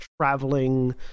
traveling